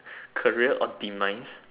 career or demise